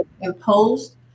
imposed